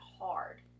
hard